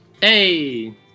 Hey